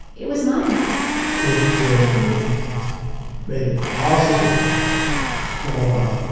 it was mine mill it then would make it possible for